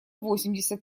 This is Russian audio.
восемьдесят